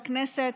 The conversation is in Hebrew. בכנסת,